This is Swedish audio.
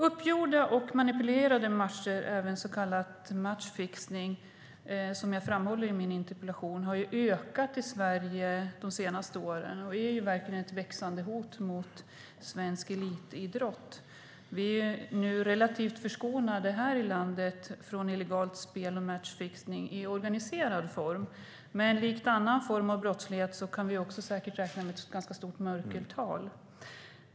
Uppgjorda eller manipulerade matcher, även kallat matchfixning, som jag framhåller i min interpellation, har ökat i Sverige de senaste åren och är ett växande hot mot svensk elitidrott. Vi är i nuläget här i landet relativt förskonade från illegalt spel och matchfixning i organiserad form, men som med annan brottslighet kan vi också räkna med ganska stort ett mörkertal.